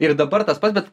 ir dabar tas pats bet